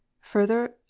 further